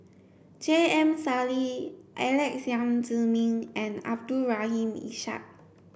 J M Sali Alex Yam Ziming and Abdul Rahim Ishak